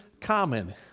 common